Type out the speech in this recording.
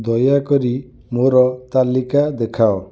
ଦୟାକରି ମୋର ତାଲିକା ଦେଖାଅ